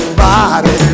body